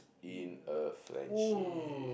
in a friendship